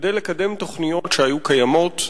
כדי לקדם תוכניות שהיו קיימות,